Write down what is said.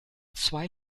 zwei